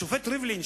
השופט ריבלין,